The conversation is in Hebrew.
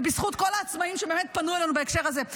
זה בזכות כל העצמאים שבאמת פנו אלינו בהקשר הזה.